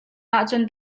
ahcun